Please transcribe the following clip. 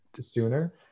sooner